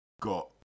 got